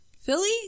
Philly